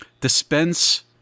dispense